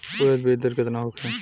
उरद बीज दर केतना होखे?